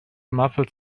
muffled